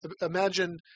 imagine